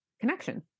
connection